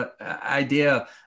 idea